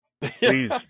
please